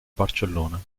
barcellona